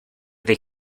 they